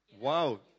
Wow